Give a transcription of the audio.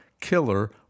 killer